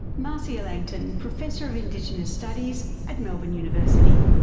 marcia langton, professor of indigenous studies at melbourne university.